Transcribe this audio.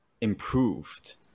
improved